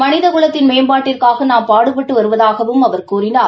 மனித குலத்தின் மேம்பாட்டிற்காக நாம் பாடுபட்டு வருவதாகவும் அவர் கூறினார்